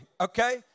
okay